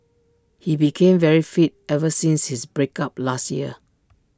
he became very fit ever since his break up last year